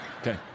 Okay